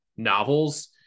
novels